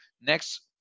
Next